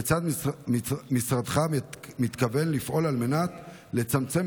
2. כיצד משרדך מתכוון לפעול על מנת לצמצם